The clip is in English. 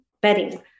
bedding